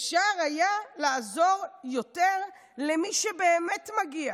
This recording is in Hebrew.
"אפשר היה לעזור יותר למי שבאמת מגיע.